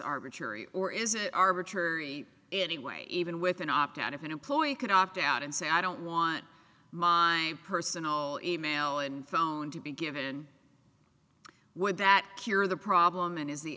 arbitrary or is it arbitrary anyway even with an opt out if an employee could opt out and say i don't want my personal email and phone to be given would that cure the problem and is the